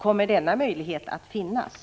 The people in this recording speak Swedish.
Kommer denna möjlighet att finnas?